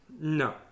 No